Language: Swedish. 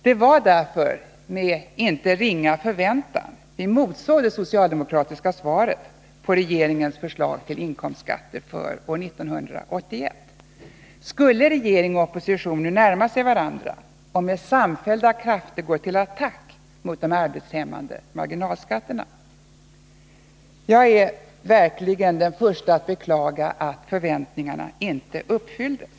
Det var därför med en inte ringa förväntan vi motsåg det socialdemokratiska svaret på regeringens förslag till inkomstskatter för år 1981. Skulle regering och opposition nu närma sig varandra och med samfällda krafter gå till attack mot de arbetshämmande marginalskatterna? Jag är verkligen den första att beklaga att förväntningarna inte uppfylldes.